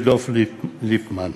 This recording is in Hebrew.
דב ליפמן,